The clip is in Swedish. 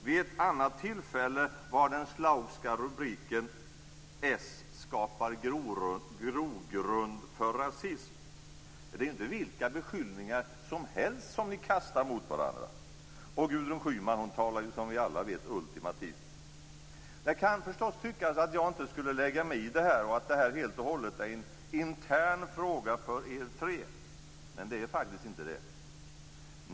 Vid ett annat tillfälle var den schlaugska rubriken: S skapar grogrund för rasism. Det är inte vilka beskyllningar som helst som ni kastar mot varandra. Och Gudrun Schyman talar ju som vi alla vet ultimativt. Det kan förstås tyckas att jag inte skulle lägga mig i detta och att detta helt och hållet är en intern fråga för er tre. Men det är faktiskt inte det.